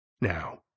Now